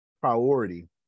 priority